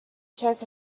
check